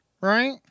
right